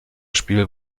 spiel